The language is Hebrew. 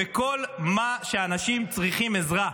בכל מה שאנשים צריכים עזרה.